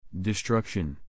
Destruction